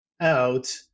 out